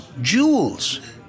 jewels